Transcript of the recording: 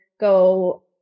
go